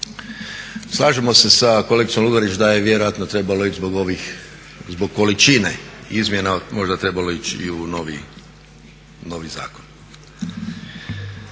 Slažemo se sa kolegicom Lugarić da je vjerojatno trebalo ići zbog količine izmjena možda trebalo ići i u novi zakon.